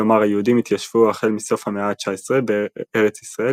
כלומר היהודים התיישבו החל מסוף המאה ה-19 בארץ ישראל